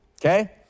okay